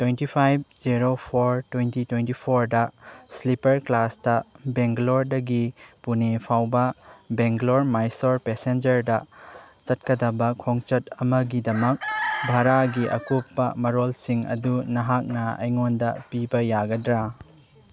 twenty five zero four twenty twenty ꯐꯣꯔꯗ sleeper ꯀ꯭ꯂꯥꯁꯇ ꯕꯦꯡꯒ꯭ꯂꯣꯔꯗꯒꯤ ꯄꯨꯅꯦ ꯐꯥꯎꯕ ꯕꯦꯡꯒ꯭ꯂꯣꯔ ꯃꯥꯏꯁꯣꯔ ꯄꯦꯁꯦꯟꯖꯔꯗ ꯆꯠꯀꯗꯕ ꯈꯣꯡꯆꯠ ꯑꯃꯒꯤꯗꯃꯛ ꯚꯔꯥꯒꯤ ꯑꯀꯨꯞꯄ ꯃꯔꯣꯜꯁꯤꯡ ꯑꯗꯨ ꯅꯍꯥꯛꯅ ꯑꯩꯉꯣꯟꯗ ꯄꯤꯕ ꯌꯥꯒꯗ꯭ꯔꯥ